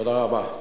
תודה רבה.